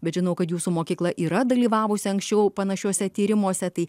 bet žinau kad jūsų mokykla yra dalyvavusi anksčiau panašiuose tyrimuose tai